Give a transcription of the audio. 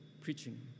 preaching